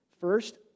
first